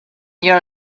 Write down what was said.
your